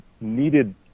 needed